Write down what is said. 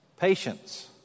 patience